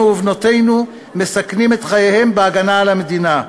ובנותינו מסכנים את חייהם בהגנה על המדינה.